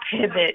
pivot